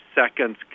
seconds